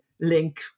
link